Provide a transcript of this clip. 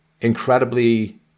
incredibly